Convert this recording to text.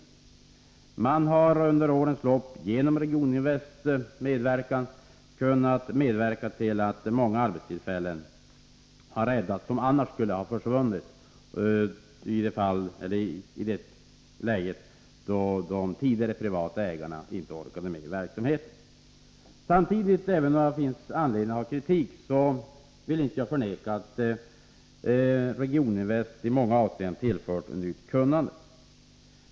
Regioninvest har under årens lopp medverkat till att rädda många arbetstillfällen som annars skulle ha försvunnit i ett läge då privata företagsägare inte orkade med verksamheten. Även om det finns anledning till kritik vill jag inte förneka att Regioninvest i många avseenden tillfört nytt kunnande.